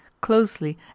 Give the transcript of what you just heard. closely